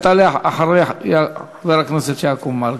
אתה עולה אחרי חבר הכנסת יעקב מרגי.